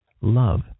love